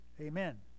amen